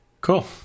Cool